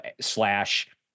slash